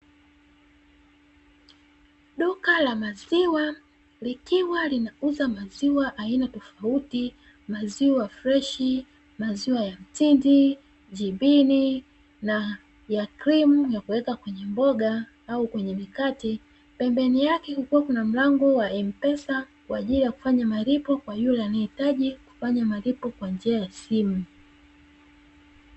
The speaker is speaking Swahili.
Duka la maziwa likiwa linauza maziwa aina tofauti maziwa freshi, maziwa ya mtindi, jibini na ya krimu ya kuweka kwenye mboga au kwenye mikate. Pembeni yake hukuwa kuna mlango wa m-pesa, kwa ajili ya kufanya malipo kwa yule anayehitaji kufanya malipo kwa njia ya simu.